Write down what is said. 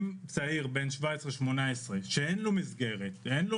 צעיר בן 18-17 שאין לו מסגרת ואין לו